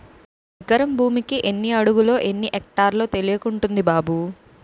ఎకరం భూమికి ఎన్ని అడుగులో, ఎన్ని ఎక్టార్లో తెలియకుంటంది బాబూ